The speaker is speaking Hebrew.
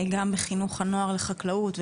גם בחינוך הנוער לחקלאות,